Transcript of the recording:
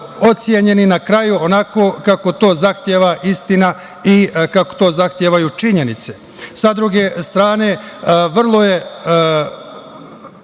ocenjeni na kraju onako kao to zahteva istina i kako to zahtevaju činjenice. Sa druge strane, vrlo je